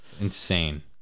Insane